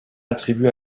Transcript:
attribué